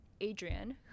Adrian